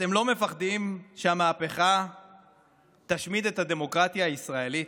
אתם לא מפחדים שהמהפכה תשמיד את הדמוקרטיה הישראלית?